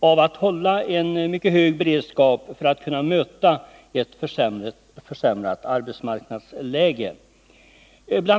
av att hålla en mycket hög beredskap för att kunna möta ett försämrat arbetsmarknadsläge. Bl.